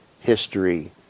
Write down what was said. history